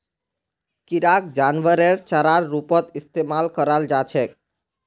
किराक जानवरेर चारार रूपत इस्तमाल कराल जा छेक